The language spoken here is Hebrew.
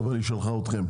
אבל היא שלחה אותכם,